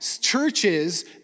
Churches